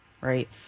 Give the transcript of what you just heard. right